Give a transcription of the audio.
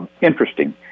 interesting